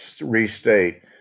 restate